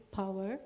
power